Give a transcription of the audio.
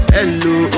Hello